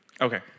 Okay